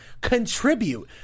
contribute